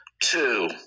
two